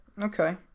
okay